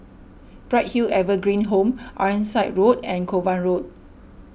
Bright Hill Evergreen Home Ironside Road and Kovan Road